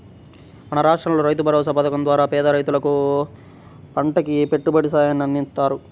మన రాష్టంలో రైతుభరోసా పథకం ద్వారా పేద రైతులకు పంటకి పెట్టుబడి సాయాన్ని అందిత్తన్నారు